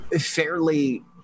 fairly